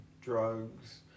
drugs